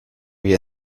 wie